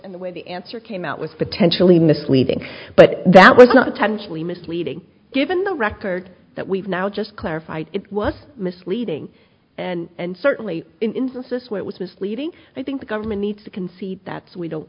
and the way the answer came out with potentially misleading but that was not intentionally misleading given the record that we've now just clarified it was misleading and certainly instances where it was misleading i think the government needs to concede that so we don't